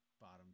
bottom